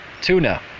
Tuna